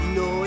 no